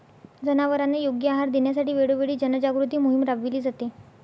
जनावरांना योग्य आहार देण्यासाठी वेळोवेळी जनजागृती मोहीम राबविली जाते